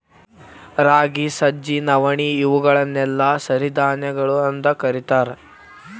ರಾಗಿ, ಸಜ್ಜಿ, ನವಣಿ, ಇವುಗಳನ್ನೆಲ್ಲ ಸಿರಿಧಾನ್ಯಗಳು ಅಂತ ಕರೇತಾರ